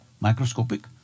microscopic